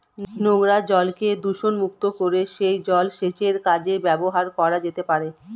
নোংরা জলকে দূষণমুক্ত করে সেই জল সেচের কাজে ব্যবহার করা যেতে পারে